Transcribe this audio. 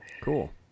Cool